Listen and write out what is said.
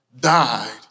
died